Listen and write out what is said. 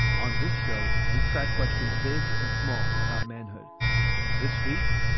on this show, we crack questions big and small about manhood this week,